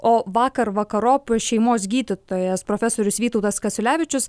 o vakar vakarop šeimos gydytojas profesorius vytautas kasiulevičius